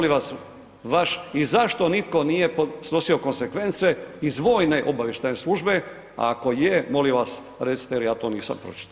I zašto nitko nije snosio konsekvence iz Vojne obavještajne službe, a ako je molim vas recite jer ja to nisam pročitao?